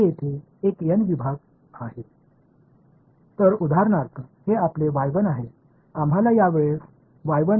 எடுத்துக்காட்டாக இது உங்கள் y 1 இதை என்று இந்த தடவை இதை அழைக்க வேண்டாம்